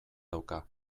dauka